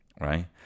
Right